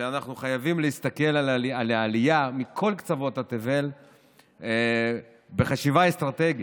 שאנחנו חייבים להסתכל על העלייה מכל קצוות תבל בחשיבה אסטרטגית,